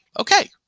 okay